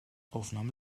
aufnahme